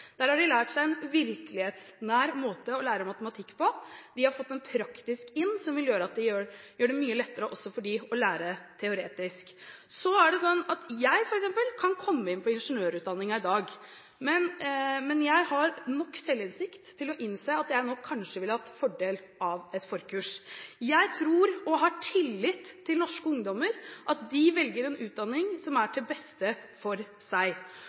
Der har de lært seg en virkelighetsnær måte å lære matematikk på, de har fått den inn på en praktisk måte som vil gjøre det mye lettere for dem også å lære dette teoretisk. Det er også slik at f.eks. jeg kan komme inn på ingeniørutdanningen i dag, men jeg har nok selvinnsikt til å innse at jeg nok kanskje ville hatt fordel av et forkurs. Jeg tror og har tillit til at norske ungdommer velger en utdanning som er det beste for seg.